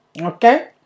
okay